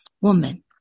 Woman